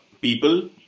people